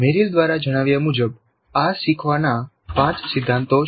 Merrill દ્વારા જણાવ્યા મુજબ આ શીખવાના પાંચ સિદ્ધાંતો છે